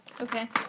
Okay